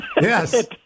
Yes